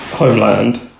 Homeland